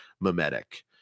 mimetic